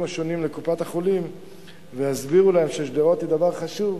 השונות לקופת-החולים ויסבירו ששדרות זה דבר חשוב,